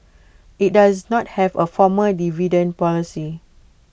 IT does not have A formal dividend policy